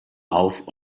auf